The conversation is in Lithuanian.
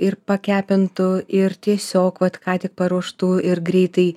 ir pakepintų ir tiesiog vat ką tik paruoštų ir greitai